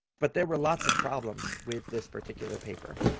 but there were lots of problems with this particular paper.